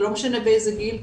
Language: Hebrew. לא משנה באיזה גיל,